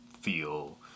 feel